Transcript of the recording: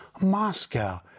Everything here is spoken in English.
Moscow